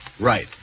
Right